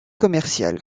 commercial